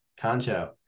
Concho